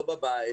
לא בבית,